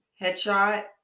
headshot